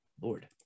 Lord